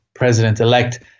president-elect